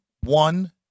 one